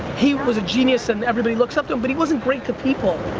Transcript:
he was a genius and everybody looks up to him, but he wasn't great to people.